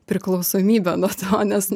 priklausomybę nuo to nes